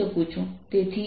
અને તેથી જ્યારે હું